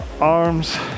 arms